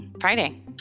Friday